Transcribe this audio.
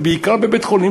ובעיקר בבית-חולים,